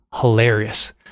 hilarious